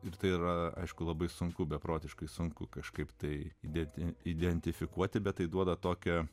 ir tai yra aišku labai sunku beprotiškai sunku kažkaip tai įdėti identifikuoti bet tai duoda tokią